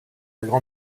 grand